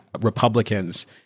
Republicans